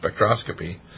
spectroscopy